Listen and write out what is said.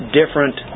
different